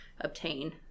obtain